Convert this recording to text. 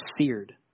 seared